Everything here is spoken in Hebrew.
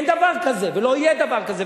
אין דבר כזה ולא יהיה דבר כזה.